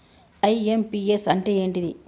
IMPS అంటే ఏంటిది?